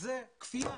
וזאת כפייה.